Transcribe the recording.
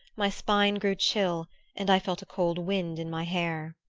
my spine grew chill and i felt a cold wind in my hair.